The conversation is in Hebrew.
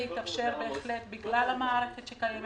זה התאפשר בגלל המערכת שקיימת,